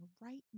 right